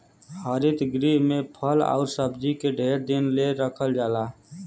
हरित गृह में फल आउर सब्जी के ढेर दिन ले रखल जाला